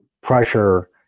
pressure